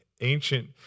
ancient